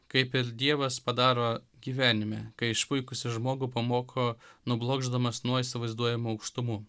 kaip ir dievas padaro gyvenime kai išpuikusį žmogų pamoko nublokšdamas nuo įsivaizduojamų aukštumų